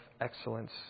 excellence